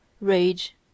rage